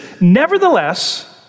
nevertheless